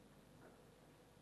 נכון.